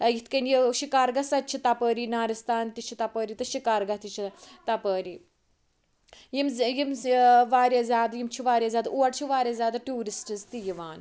یِتھ کنۍ یہِ شِکارگاہ سۄ تہِ چھِ تَپٲری نارِستان تہِ چھِ تَپٲری تہٕ شِکارگاہ تہِ چھِ تَپٲری یِم زِ یِم زِ واریاہ زیادٕ یِم چھِ واریاہ زیادٕ اور چھِ واریاہ زیادٕ ٹورسٹِز تہِ یِوان